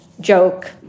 joke